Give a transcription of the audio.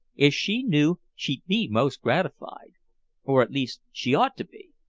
if she knew, she'd be most gratified or at least, she ought to be.